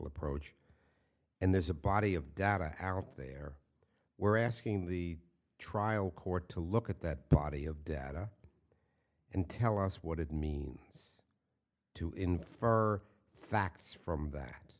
approach and there's a body of data out there we're asking the trial court to look at that body of data and tell us what it means to infer facts from that